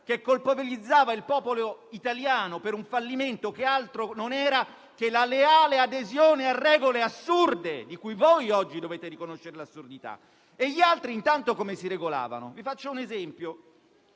che colpevolizzava il popolo italiano per un fallimento che altro non era che la leale adesione a regole assurde di cui oggi dovete riconoscere l'assurdità. E gli altri intanto come si regolavano? Vi faccio un esempio.